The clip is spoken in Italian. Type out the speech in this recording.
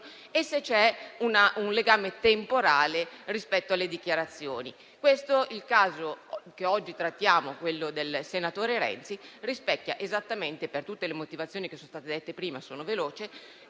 e se c'è una un legame temporale rispetto alle dichiarazioni. Il caso che oggi trattiamo, quello del senatore Renzi, rispecchia esattamente questi due criteri, per tutte le motivazioni che sono state dette prima. Noi